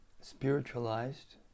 spiritualized